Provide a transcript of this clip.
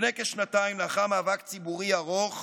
לפני כשנתיים, לאחר מאבק ציבורי ארוך,